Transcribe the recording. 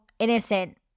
innocent